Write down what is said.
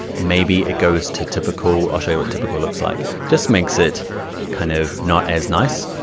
maybe it goes to typical. i'll show you what typical looks like. just makes it kind of not as nice.